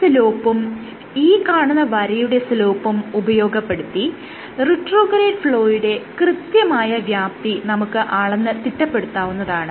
ഈ സ്ലോപ്പും ഈ കാണുന്ന വരയുടെ സ്ലോപ്പും ഉപയോഗപ്പെടുത്തി റിട്രോഗ്രേഡ് ഫ്ലോയുടെ കൃത്യമായ വ്യാപ്തി നമുക്ക് അളന്ന് തിട്ടപ്പെടുത്താവുന്നതാണ്